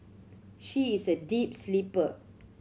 she is a deep sleeper